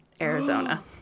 Arizona